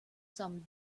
some